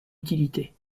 utilité